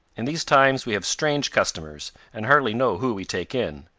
in these times we have strange customers, and hardly know who we take in.